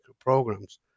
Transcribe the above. programs